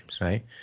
right